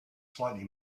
slightly